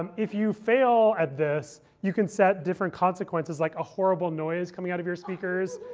um if you fail at this, you can set different consequences, like a horrible noise coming out of your speakers,